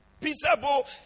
Peaceable